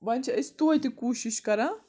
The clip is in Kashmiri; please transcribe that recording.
وۄنۍ چھِ أسۍ توتہِ تہِ کوٗشِش کَران